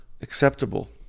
acceptable